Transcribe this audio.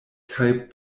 kaj